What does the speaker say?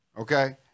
Okay